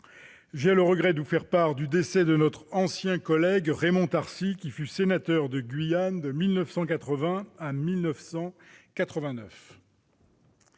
j'ai le regret de vous faire part du décès de notre ancien collègue Raymond Tarcy, qui fut sénateur de Guyane de 1980 à 1989.